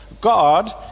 God